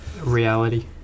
reality